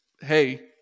hey